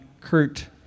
Kurt